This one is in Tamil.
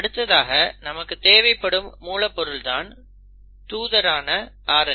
அடுத்ததாக நமக்கு தேவைப்படும் மூலப்பொருள் தூதரான RNA